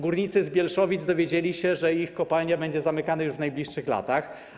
Górnicy z Bielszowic dowiedzieli się, że ich kopalnia będzie zamykana już w najbliższych latach.